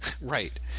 Right